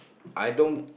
I don't